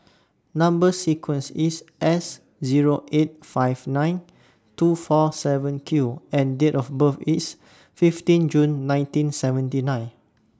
Number sequence IS S Zero eight five nine two four seven Q and Date of birth IS fifteen June nineteen seventy nine